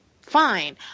fine